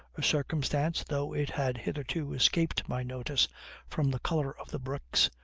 a circumstance, though it had hitherto escaped my notice from the color of the bricks,